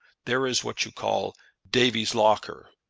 there is what you call davy's locker.